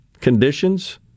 conditions